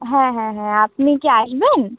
হ্যাঁ হ্যাঁ হ্যাঁ আপনি কি আসবেন